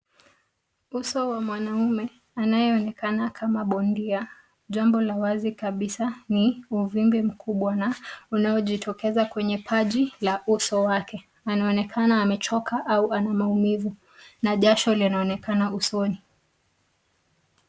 Uso wa mwanaume anayeonekana kama bondia. Jambo la wazi kabisa ni uvimbe mkubwa unaojitokeza kwenye paji la uso wake. Anaonekana amechoka au ana maumivu na jasho linaonekana usoni.